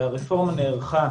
שהרפורמה נערכה